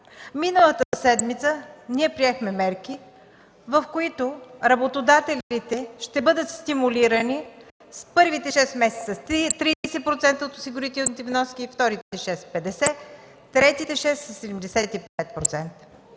Миналата седмица ние приехме мерки, в които работодателите ще бъдат стимулирани през първите шест месеца с 30% от осигурителните вноски, вторите шест месеца – с 50%,